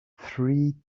three